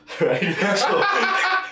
right